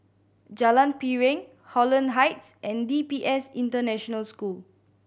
Jalan Piring Holland Heights and D P S International School